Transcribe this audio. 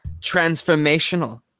Transformational